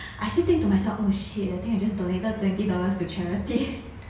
I actually think to myself oh shit I think you just donated twenty dollars to charity